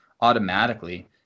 automatically